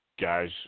guys